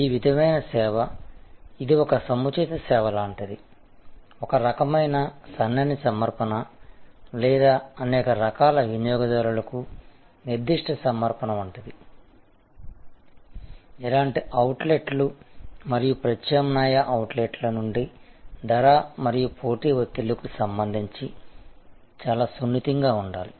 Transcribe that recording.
ఈ విధమైన సేవ ఇది ఒక సముచిత సేవ లాంటిది ఒక రకమైన సన్నని సమర్పణ లేదా అనేక రకాల వినియోగదారులకు నిర్దిష్ట సమర్పణ వంటిది ఇలాంటి అవుట్లెట్లు మరియు ప్రత్యామ్నాయ అవుట్లెట్ల నుండి ధర మరియు పోటీ ఒత్తిళ్లకు సంబంధించి చాలా సున్నితంగా ఉండాలి